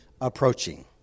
approaching